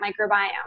microbiome